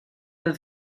del